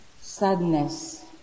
sadness